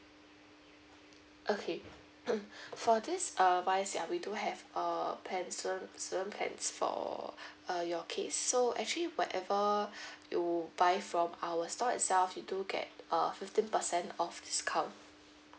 okay hmm for this um wise ya we do have err plan student student plan for uh your case so actually whatever you buy from our store itself you do get a fifteen percent off discount